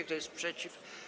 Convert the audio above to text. Kto jest przeciw?